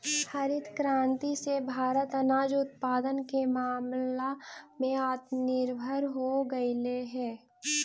हरित क्रांति से भारत अनाज उत्पादन के मामला में आत्मनिर्भर हो गेलइ हे